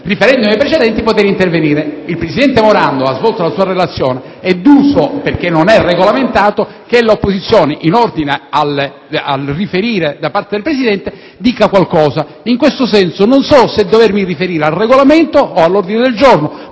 riferendomi ai precedenti, intervenire. Il presidente Morando ha svolto la sua relazione ed è uso - perché non è regolamentato - che l'opposizione, in ordine a quanto riferito, dica qualcosa. In questo senso non so se dovermi riferire al Regolamento o all'ordine del lavori,